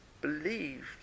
believed